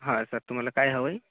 हा सर तुम्हाला काय हवं आहे